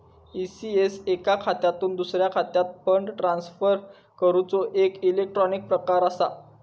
ECS एका खात्यातुन दुसऱ्या खात्यात फंड ट्रांसफर करूचो एक इलेक्ट्रॉनिक प्रकार असा